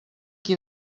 qui